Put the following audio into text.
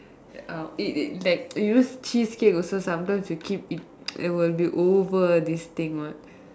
I'll eat it like you know cheesecake also sometimes also you keep eat it will be over this thing what